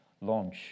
launch